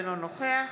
אינו נוכח